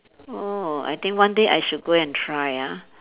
oh I think one day I should go and try ah